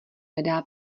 nedá